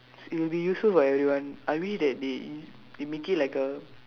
it will be useful for everyone I wish that they they make it like a